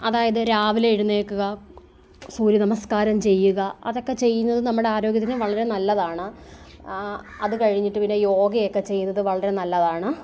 അതായത് രാവിലെ എഴുന്നേൽക്കുക സൂര്യനമസ്കാരം ചെയ്യുക അതൊക്കെ ചെയ്യുന്നത് നമ്മുടെ ആരോഗ്യത്തിന് വളരെ നല്ലതാണ് അതുകഴിഞ്ഞിട്ട് പിന്നെ യോഗയൊക്കെ ചെയ്യുന്നത് വളരെ നല്ലതാണ്